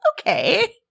okay